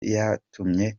yatumye